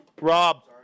Rob